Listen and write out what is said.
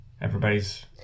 Everybody's